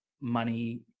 money